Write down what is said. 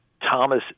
Thomas